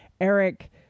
eric